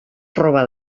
proba